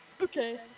Okay